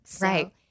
Right